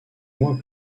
mois